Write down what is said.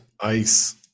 ice